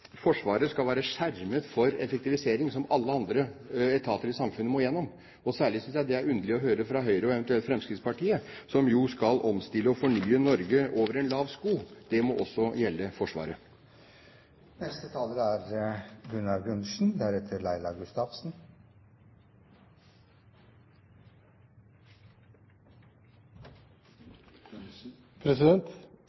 Forsvaret skal være skjermet for effektivisering, som alle andre etater i samfunnet må igjennom. Særlig synes jeg det er underlig å høre fra Høyre og eventuelt Fremskrittspartiet, som jo skal omstille og fornye Norge over en lav sko. Det må også gjelde Forsvaret. Forsvaret er